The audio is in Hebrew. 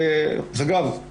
דרך אגב,